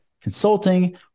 consulting